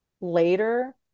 later